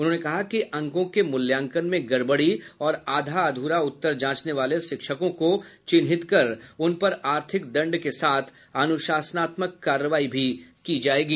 उन्होंने कहा कि अंकों की मूल्यांकन में गड़बड़ी और आधा अध्रा उत्तर जांचने वाले शिक्षकों को चिन्हित कर उन पर आर्थिक दंड के साथ अनुशासनात्मक कार्रवाई भी की जायेगी